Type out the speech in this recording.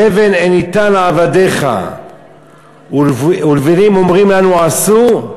"תבן אין נִתָּן לעבדך ולבנים אומרים לנו עשו.